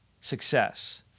success